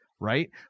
right